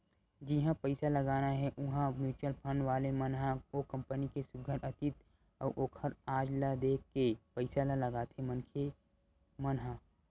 जिहाँ पइसा लगाना हे उहाँ म्युचुअल फंड वाले मन ह ओ कंपनी के सुग्घर अतीत अउ ओखर आज ल देख के पइसा ल लगाथे मनखे मन ह